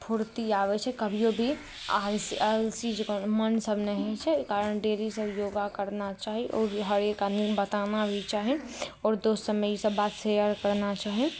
फुर्ती आबै छै कभियो भी आलसी जेकाॅं मोन सभ नहि होइ छै एहि कारण डेली सभ योगा करना चाही आओर ई हरेक आदमीके बताना भी चाही आओर दोस्त सभमे ई सभ बात शेयर करना चाही